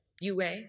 UA